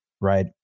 right